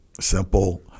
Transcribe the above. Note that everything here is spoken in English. simple